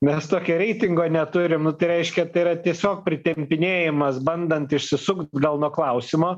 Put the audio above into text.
mes tokio reitingo neturim nu tai reiškia tai yra tiesiog pritempinėjimas bandant išsisukt gal nuo klausimo